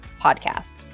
podcast